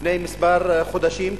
לפני כמה חודשים,